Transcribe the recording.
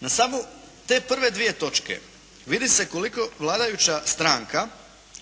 na samo te prve dvije točke vidi se koliko vladajuća stranka,